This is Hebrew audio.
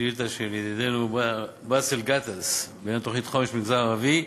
שאילתה של ידידנו באסל גטאס בעניין תוכנית חומש במגזר הערבי.